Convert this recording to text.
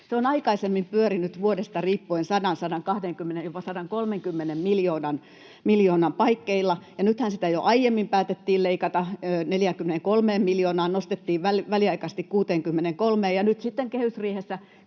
Se on aikaisemmin pyörinyt vuodesta riippuen 100:n, 120:n, jopa 130 miljoonan paikkeilla. Nythän sitä jo aiemmin päätettiin leikata 43 miljoonaan, nostettiin väliaikaisesti 63:een, ja nyt sitten kehysriihessä